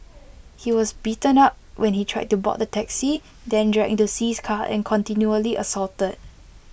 he was beaten up when he tried to board the taxi then dragged into See's car and continually assaulted